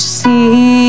see